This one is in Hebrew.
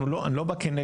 אנחנו לא, אני לא בא כנגד.